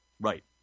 right